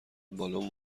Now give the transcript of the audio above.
بالن